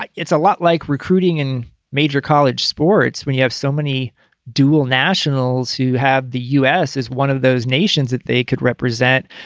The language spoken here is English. like it's a lot like recruiting in major college sports when you have so many dual nationals who have the u s. is one of those nations that they could represent.